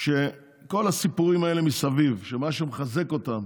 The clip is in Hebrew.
שכל הסיפורים האלה מסביב שמה שמחזק אותם